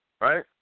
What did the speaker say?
right